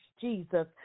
Jesus